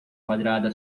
quadrada